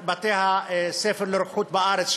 בתי-הספר לרוקחות בארץ,